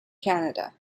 canada